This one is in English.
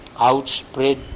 outspread